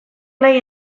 nahi